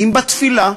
אם בתפילה,